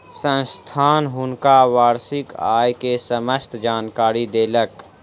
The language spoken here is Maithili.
संस्थान हुनका वार्षिक आय के समस्त जानकारी देलक